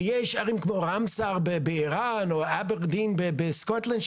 יש ערים כמו ראמסר באיראן או אברדין בסקוטלנד,